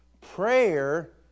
Prayer